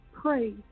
pray